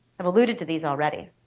i've alluded to these already.